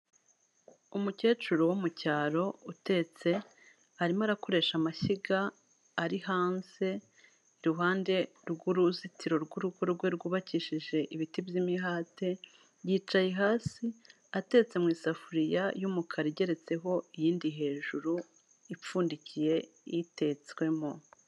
Umukecuru wo mu cyaro utetse arimo arakoresha amashyiga ari hanze iruhande rw'uruzitiro rw'urugo rwe rwubakishije ibiti by'imihate yicaye hasi atetse mu isafuriya y'umukara igeretseho iyindi hejuru ipfundikiye itetswemo.